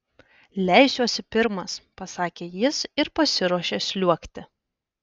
leisiuosi pirmas pasakė jis ir pasiruošė sliuogti